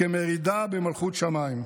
כמרידה במלכות שמיים.